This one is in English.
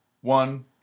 one